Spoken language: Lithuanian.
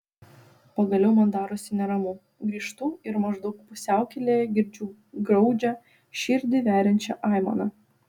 pagaliau man darosi neramu grįžtu ir maždaug pusiaukelėje girdžiu graudžią širdį veriančią aimaną